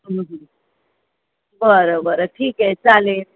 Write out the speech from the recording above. बरं बरं ठीक आहे चालेल